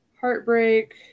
heartbreak